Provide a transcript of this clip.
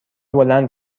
بلند